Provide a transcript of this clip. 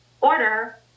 order